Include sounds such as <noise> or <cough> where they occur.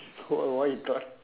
<breath> oh what you thought